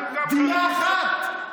דירה אחת.